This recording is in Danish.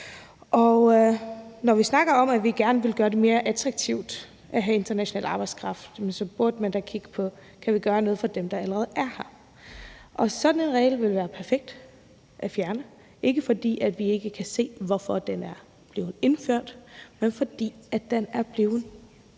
Når vi snakker om, at vi gerne vil gøre det mere attraktivt for international arbejdskraft, burde vi da kigge på, om vi kan gøre noget for dem, der allerede er her, og sådan en regel ville være perfekt at fjerne, ikke fordi vi ikke kan se, hvorfor den er blevet indført, men fordi den